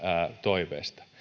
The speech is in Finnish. toiveesta